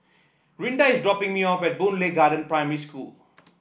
Rinda is dropping me off at Boon Lay Garden Primary School